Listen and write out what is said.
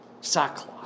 sackcloth